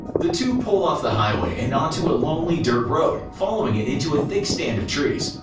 the two pull off the highway and onto a lonely dirt road, following it into a thick stand of trees.